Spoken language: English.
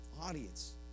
audience